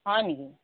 হয় নেকি